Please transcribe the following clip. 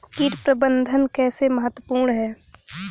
कीट प्रबंधन कैसे महत्वपूर्ण है?